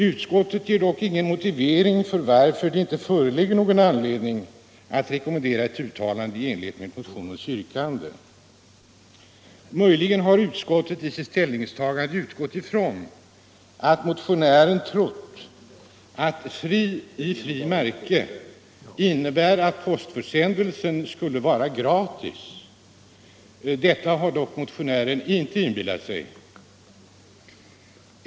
Utskottet ger dock ingen motivering till att det inte föreligger någon anledning att rekommendera ett uttalande i enlighet med motionens yrkande. Möjligen har utskottet i sitt ställningstagande utgått från att motionären trott att förstavelsen ”fri-” i ordet frimärke innebar att postförsändelsen skulle vara gratis. Detta har dock motionären inte inbillat sig.